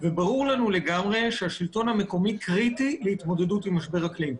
וברור לנו לגמרי שהשלטון המקומי קריטי להתמודדות עם משבר אקלים.